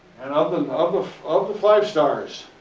and of, and of, of of the five stars,